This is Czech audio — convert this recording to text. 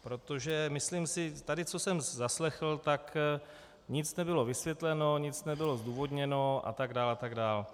Protože, myslím si tady co jsem zaslechl, tak nic nebylo vysvětleno, nic nebylo zdůvodněno a tak dále a tak dále.